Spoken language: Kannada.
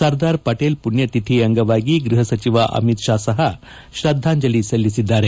ಸರ್ದಾರ್ ಪಟೇಲ್ ಪುಣ್ಯತಿಥಿ ಅಂಗವಾಗಿ ಗ್ಬಹ ಸಚಿವ ಅಮಿತ್ ಷಾ ಸಹ ಶ್ರದ್ದಾಂಜಲಿ ಸಲ್ಲಿಸಿದ್ದಾರೆ